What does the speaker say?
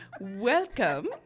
Welcome